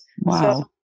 Wow